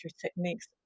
techniques